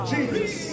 Jesus